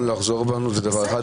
ראשית, למדנו לחזור בנו, זה דבר אחד.